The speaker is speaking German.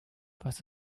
was